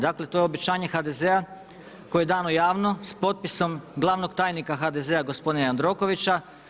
Dakle to je obećanje HDZ-a koje je dano javno s potpisom glavnog tajnika HDZ-a gospodina Jandrokovića.